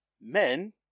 men